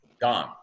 Gone